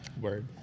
Word